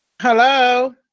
Hello